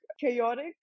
chaotic